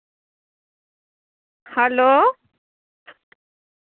hello